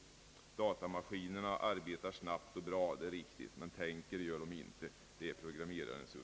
Datamaskinerna arbetar snabbt och bra, men tänker gör de inte, det är programmerarnas uppgift.